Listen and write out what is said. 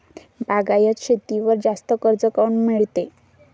बागायती शेतीवर जास्त कर्ज काऊन मिळते?